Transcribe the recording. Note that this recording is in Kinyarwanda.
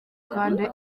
kandi